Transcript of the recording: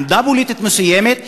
עמדה פוליטית מסוימת,